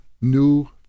new